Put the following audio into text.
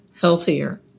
healthier